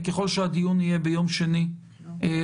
ככל שהדיון יהיה ביום שני הקרוב,